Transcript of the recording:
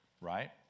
right